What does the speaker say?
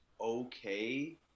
okay